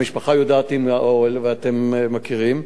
המשפחה יודעת ואתם מכירים.